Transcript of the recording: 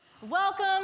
Welcome